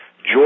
joy